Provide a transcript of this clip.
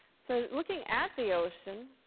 so looking at the ocean,